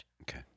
Okay